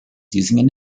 using